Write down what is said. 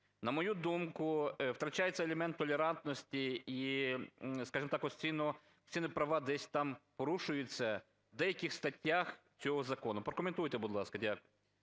На мою думку, втрачається елемент толерантності і, скажемо так, конституційні права десь там порушуються в деяких статтях цього закону. Прокоментуйте, будь ласка.